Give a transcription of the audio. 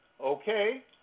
okay